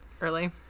early